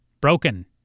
broken